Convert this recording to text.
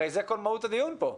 הרי זה כל מהות הדיון פה.